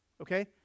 Okay